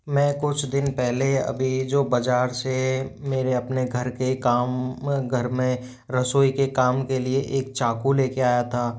मैं कुछ दिन पहले अभी जो बाज़ार से मेरे अपने घर के काम घर में रसोई के काम के लिए एक चाकू ले कर आया था